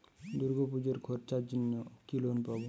দূর্গাপুজোর খরচার জন্য কি লোন পাব?